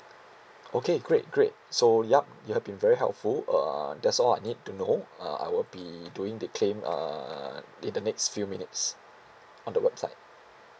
okay great great so yup you have been very helpful uh that's all I need to know uh I will be doing the claim uh in the next few minutes on the website